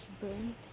burned